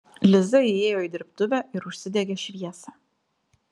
liza įėjo į dirbtuvę ir užsidegė šviesą